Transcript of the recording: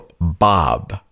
Bob